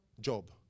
job